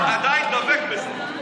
האם אתה עדיין דבק בזה?